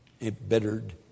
embittered